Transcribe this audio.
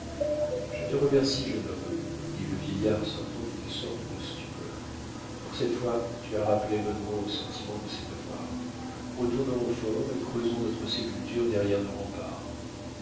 je te remercie jeune homme dit le vieillard sortant d'une sorte de stupeur pour cette fois tu as rappelé munro au sentiment de ses devoirs retournons au fort et creusons notre sépulture derrière nos remparts